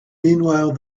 meanwhile